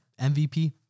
MVP